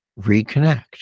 Reconnect